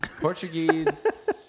Portuguese